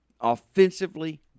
offensively